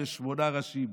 יש שמונה ראשים,